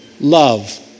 love